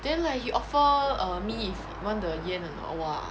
then like he offer err me want the 烟 or not !wah!